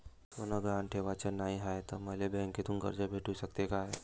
सोनं गहान ठेवाच नाही हाय, त मले बँकेतून कर्ज भेटू शकते का?